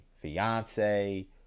fiance